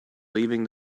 leaving